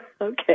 Okay